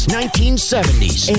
1970s